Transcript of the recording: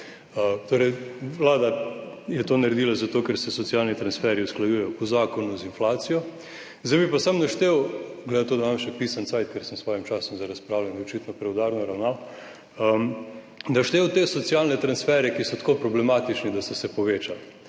Torej Vlada je to naredila zato, ker se socialni transferji usklajujejo po zakonu z inflacijo. Zdaj bi pa samo naštel, glede na to, da imam še pisan »cajt«, ker sem s svojim časom za razpravljanje očitno preudarno ravnal. Naštel te socialne transfere, ki so tako problematični, da so se povečali.